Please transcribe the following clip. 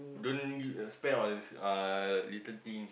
don't give spend on all this uh little things